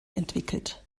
entwickelt